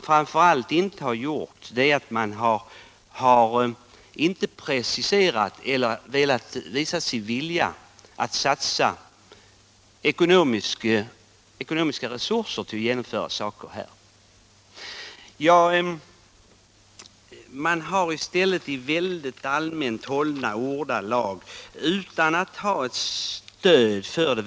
Framför allt har man inte velat visa någon vilja att satsa ekonomiska resurser på att genomföra något på detta område. I stället uttrycker man sig i mycket allmänna ordalag utan att ha något stöd av vetenskapen.